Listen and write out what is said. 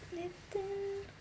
Lipton